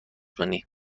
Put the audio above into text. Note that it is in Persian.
کنی